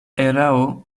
erao